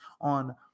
on